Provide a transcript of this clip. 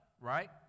right